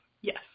Yes